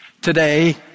Today